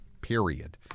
period